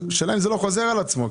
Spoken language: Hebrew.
השאלה אם זה לא חוזר על עצמו.